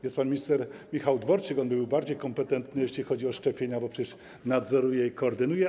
Jest pan minister Michał Dworczyk, on byłby bardziej kompetentny, jeśli chodzi o szczepienia, bo przecież on to nadzoruje i koordynuje.